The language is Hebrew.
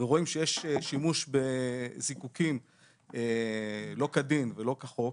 ורואים שיש שימוש בזיקוקין לא כדין ולא כחוק,